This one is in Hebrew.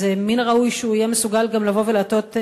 אז מן הראוי שהוא יהיה מסוגל גם לבוא ולתת